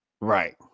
Right